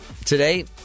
Today